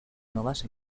novas